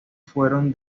fueron